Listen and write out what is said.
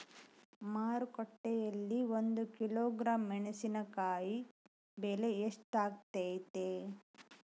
ಮಾರುಕಟ್ಟೆನಲ್ಲಿ ಒಂದು ಕಿಲೋಗ್ರಾಂ ಮೆಣಸಿನಕಾಯಿ ಬೆಲೆ ಎಷ್ಟಾಗೈತೆ?